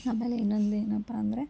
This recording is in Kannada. ಆಮೇಲೆ ಇನ್ನೊಂದು ಏನಪ್ಪ ಅಂದರೆ